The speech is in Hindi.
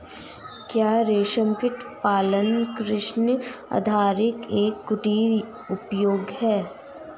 क्या रेशमकीट पालन कृषि आधारित एक कुटीर उद्योग है?